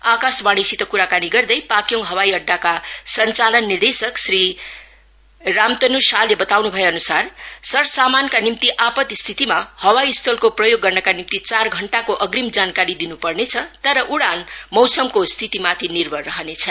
आकाशवाणीसित क्राकानी गर्दै पाक्योङ हवाई अङ्डाका सञ्चालक निर्देशक श्री राम्तन् शाहले ताउन् भएअन्सार सरसमानका निम्ति आपदा स्थितिमा हवाई स्थलको प्रयोग गर्नका निम्ति चार घण्टाको अग्रिम जानकारी दिन् पर्नेछ तर उडान मौसमको स्थितिमाथि निर्भर रहनेछ